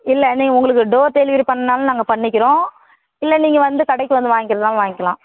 இல்லை நீ உங்களுக்கு டோர் டெலிவரி பண்ணாலும் நாங்கள் பண்ணிக்கிறோம் இல்லை நீங்கள் வந்து கடைக்கு வந்து வாங்கிக்கிறதுனா வாங்கிக்கலாம்